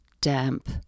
damp